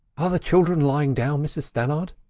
are the children lying down, mrs stannard?